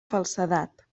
falsedat